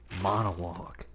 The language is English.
monologue